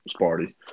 Sparty